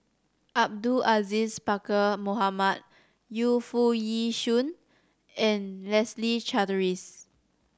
Abdul Aziz Pakkeer Mohamed Yu Foo Yee Shoon and Leslie Charteris